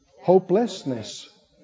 Hopelessness